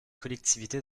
collectivités